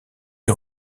est